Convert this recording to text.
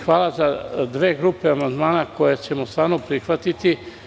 Hvala vam i za dve grupe amandmana koje ćemo stvarno prihvatiti.